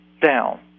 down